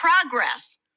progress